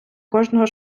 кожного